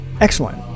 Excellent